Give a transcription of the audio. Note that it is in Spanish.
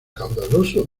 caudaloso